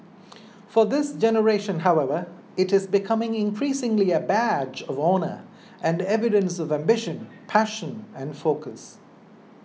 for this generation however it is becoming increasingly a badge of honour and evidence of ambition passion and focus